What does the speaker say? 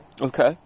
Okay